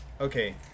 okay